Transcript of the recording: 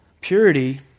Purity